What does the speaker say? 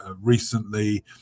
recently